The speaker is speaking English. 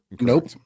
Nope